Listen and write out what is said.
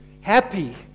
happy